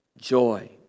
joy